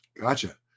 Gotcha